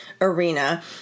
arena